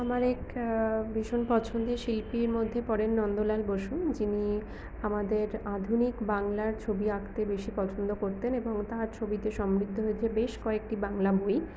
আমার এক ভীষণ পছন্দের শিল্পীর মধ্যে পরেন নন্দলাল বসু যিনি আমাদের আধুনিক বাংলার ছবি আঁকতে বেশী পছন্দ করতেন এবং তাঁর ছবিতে সমৃদ্ধ হয়েছে বেশ কয়েকটি বাংলা বই